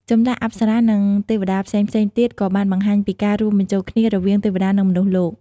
ចម្លាក់អប្សរានិងទេវតាផ្សេងៗទៀតក៏បានបង្ហាញពីការរួមបញ្ចូលគ្នារវាងទេវតានិងមនុស្សលោក។